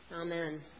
Amen